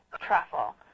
truffle